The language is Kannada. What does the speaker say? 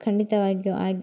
ಖಂಡಿತವಾಗಿಯು ಆಗ